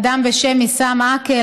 אדם בשם עיסאם עקל.